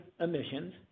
emissions